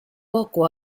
poco